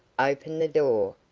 opened the door,